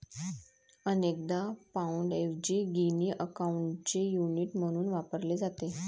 अनेकदा पाउंडऐवजी गिनी अकाउंटचे युनिट म्हणून वापरले जाते